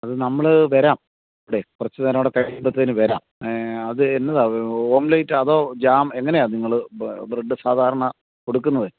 അത് നമ്മൾ വരാം ഡേ കുറച്ച് നേരം കൂടെ കഴിയുമ്പത്തേന് വരാം അത് എന്നതാ ഓംലെറ്റ് അതോ ജാം എങ്ങനെയാ നിങ്ങൾ ബ്രഡ് സാധാരണ കൊടുക്കുന്നത്